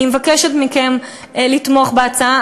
אני מבקשת מכם לתמוך בהצעה.